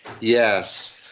Yes